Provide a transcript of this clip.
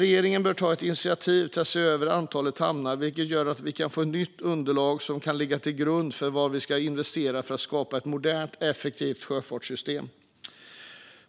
Regeringen bör ta ett initiativ till att se över antalet hamnar, så att vi kan få ett nytt underlag som kan ligga till grund för vad vi ska investera i för att skapa ett modernt och effektivt sjöfartssystem.